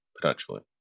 potentially